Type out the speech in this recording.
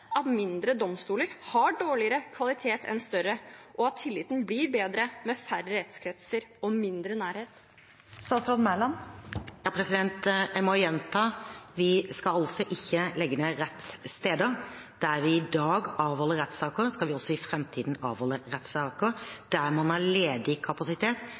mindre domstoler har dårligere kvalitet enn større, og at tilliten blir bedre med færre rettskretser og mindre nærhet? Jeg må gjenta: Vi skal ikke legge ned rettssteder. Der vi i dag avholder rettssaker, skal vi også i framtiden avholde rettssaker. Der man har ledig kapasitet,